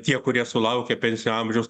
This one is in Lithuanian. tie kurie sulaukę pensinio amžiaus